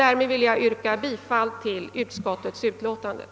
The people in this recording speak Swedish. Därmed vill jag yrka bifall till utskottets hemställan.